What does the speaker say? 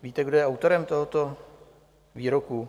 Víte, kdo je autorem tohoto výroku?